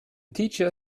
teacher